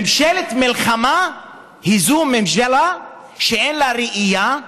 ממשלת מלחמה היא ממשלה שאין לה ראייה,